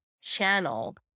channel